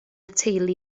teulu